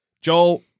Joel